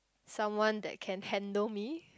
someone that can handle me